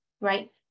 right